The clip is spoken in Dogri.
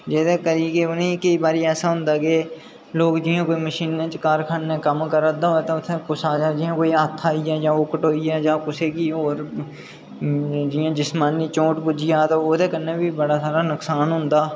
जेह्दे करी की केईं बारी उ'नेंगी ऐसा होंदा के लोक जि'यां कोई मशीनै च कारखानै च जि'यां कुसै दा कोई हत्थ आइया जां कटोई गेआ जां कोई होर जि'यां कोई जिस्मानी चोट पुज्जी जा ते ओह्दे कन्नै बी बड़ा सारा नुक्सान होंदा